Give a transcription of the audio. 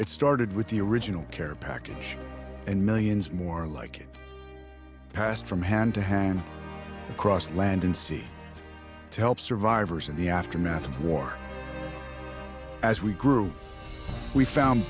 it started with the original care package and millions more like it passed from hand to hand across land and sea to help survivors in the aftermath of war as we grow we found